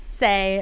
say